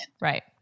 Right